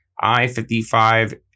I-55